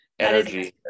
energy